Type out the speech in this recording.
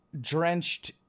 drenched